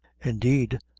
indeed,